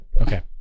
Okay